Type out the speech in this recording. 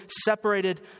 separated